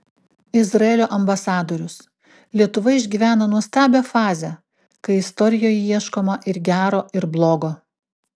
izraelio ambasadorius lietuva išgyvena nuostabią fazę kai istorijoje ieškoma ir gero ir blogo